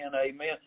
Amen